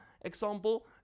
example